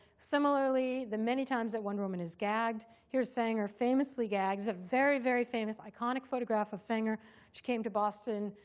similarly, the many times that wonder woman is gagged here's sanger famously gagged very, very famous iconic photograph of sanger she came to boston.